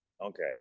okay